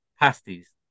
Pasties